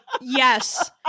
yes